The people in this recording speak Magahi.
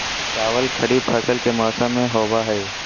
चावल खरीफ फसल के मौसम में होबो हइ